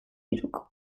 hiruk